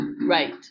Right